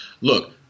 Look